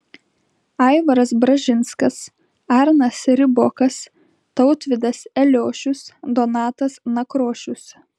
aivaras bražinskas arnas ribokas tautvydas eliošius donatas nakrošius